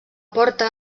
porta